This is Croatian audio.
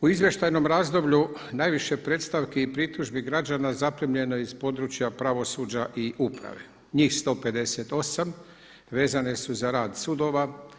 U izvještajnom razdoblju najviše predstavki i pritužbi građana zaprimljeno je iz područja pravosuđa i uprave, njih 158, vezane su za rad sudova.